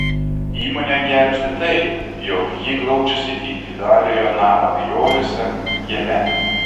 įmonę gelbsti tai jog ji glaudžiasi individualiojo namo vijoliuose kieme